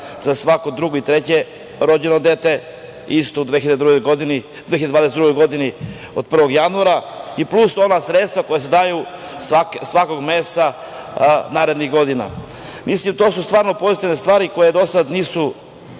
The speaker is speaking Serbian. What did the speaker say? za svako drugo i treće rođeno dete isto u 2022. godini od 1. januara i plus ona sredstva koja se daju svakog meseca narednih godina. Mislim, to su stvarno pozitivne stvari koje do sada nisu